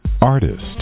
Artist